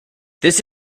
this